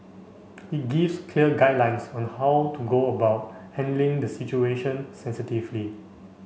it gives clear guidelines on how to go about handling the situation sensitively